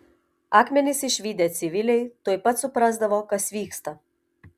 akmenis išvydę civiliai tuoj pat suprasdavo kas vyksta